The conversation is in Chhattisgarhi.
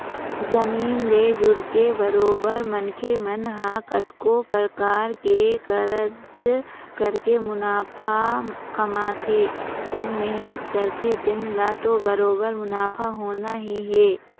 जमीन ले जुड़के बरोबर मनखे मन ह कतको परकार के कारज करके मुनाफा कमाथे जेन मेहनत करथे तेन ल तो बरोबर मुनाफा होना ही हे